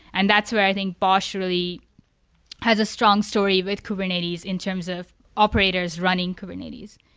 and that's where i think bosh really has a strong story with kubernetes in terms of operators running kubernetes.